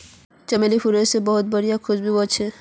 चमेलीर फूल से बहुत बढ़िया खुशबू वशछे